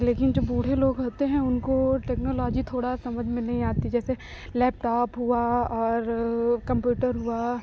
लेकिन जो बूढ़े लोग होते हैं उनको टेक्नोलॉजी थोड़ा समझ में नहीं आती जैसे लैपटॉप हुआ और कंप्यूटर हुआ